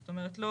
זאת אומרת לא